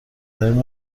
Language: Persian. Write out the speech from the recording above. داریم